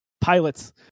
pilots